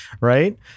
right